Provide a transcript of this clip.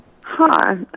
Hi